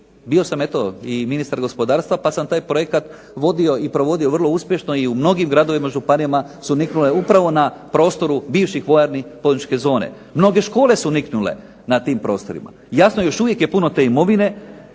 Bio sam eto i ministar gospodarstva pa sam taj projekt vodio i provodio vrlo uspješno. I u mnogim gradovima, županijama su niknule na prostoru bivših vojarni poduzetničke zone. Mnoge škole su niknule na tim prostorima. Jasno, još uvijek je puno te imovine,